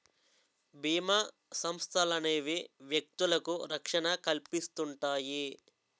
బీమా సంస్థలనేవి వ్యక్తులకు రక్షణ కల్పిస్తుంటాయి